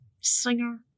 singer